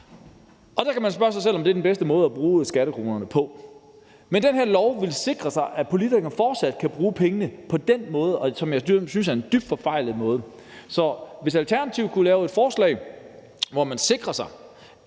Der kan man spørge sig selv, om det er den bedste måde at bruge skattekronerne på. Det her lovforslag vil sikre, at politikerne fortsat kan bruge pengene på en måde, som jeg synes er en dybt forfejlet måde. Så hvis Alternativet kunne lave et forslag, hvor man sikrede sig,